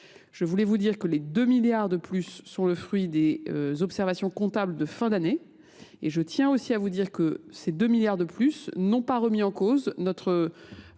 Je voulais vous dire que les 2 milliards de plus sont le fruit des observations comptables de fin d'année et je tiens aussi à vous dire que ces 2 milliards de plus n'ont pas remis en cause notre